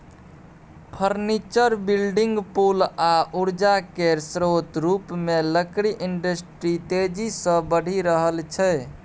furniture, building, पुल आ उर्जा केर स्रोत रुपमे लकड़ी इंडस्ट्री तेजी सँ बढ़ि रहल छै